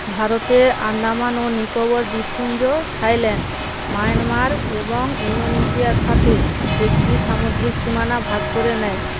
ভারতে আন্দামান ও নিকোবর দ্বীপপুঞ্জ থাইল্যাণ্ড মায়ানমার এবং ইন্দোনেশিয়ার সাথে একটি সামুদ্রিক সীমানা ভাগ করে নেয়